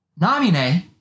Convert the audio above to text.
Namine